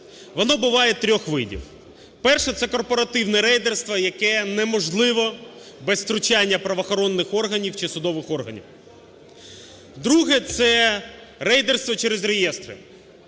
Воно буває трьох видів. Перше – це корпоративне рейдерство, яке неможливе без втручання правоохоронних органів чи судових органів. Друге – це рейдерство через реєстри,